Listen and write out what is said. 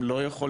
הם לא יכולים.